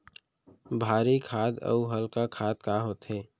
भारी खाद अऊ हल्का खाद का होथे?